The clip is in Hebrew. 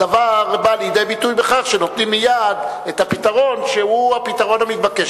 הדבר בא לידי ביטוי בכך שנותנים מייד את הפתרון שהוא הפתרון המתבקש.